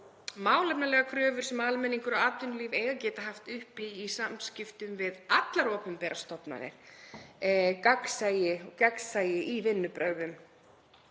málefnalegar kröfur sem almenningur og atvinnulíf eiga að geta haft uppi í samskiptum við allar opinberar stofnanir, gagnsæi í vinnubrögðum.